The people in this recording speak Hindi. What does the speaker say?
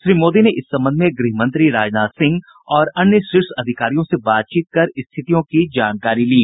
श्री मोदी ने इस संबंध में गृहमंत्री राजनाथ सिंह और अन्य शीर्ष अधिकारियों से बातचीत कर स्थितियों की जानकारी ली